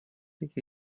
iki